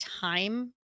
time